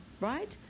Right